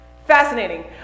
Fascinating